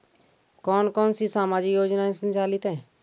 कौन कौनसी सामाजिक योजनाएँ संचालित है?